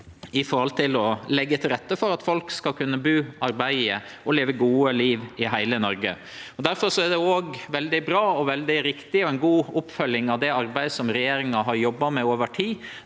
for å leggje til rette for at folk skal kunne bu, arbeide og leve eit godt liv i heile Noreg. Difor er det veldig bra, veldig riktig og ei god oppfølging av det arbeidet regjeringa har jobba med over tid,